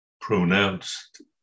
pronounced